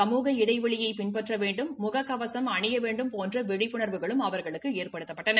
சமூக இடைவெளியை பின்பற்ற வேண்டும் முக கவசம் அணிய வேண்டும் போன்ற விழிப்புண்வும் அவர்களுக்கு வழங்கப்பட்டன